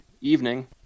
evening